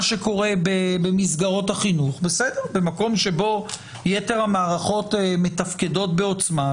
שקורה במסגרות החינוך במקום שבו יתר המערכות מתפקדות בעוצמה,